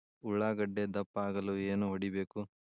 ಉಳ್ಳಾಗಡ್ಡೆ ದಪ್ಪ ಆಗಲು ಏನು ಹೊಡಿಬೇಕು?